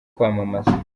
kwamamaza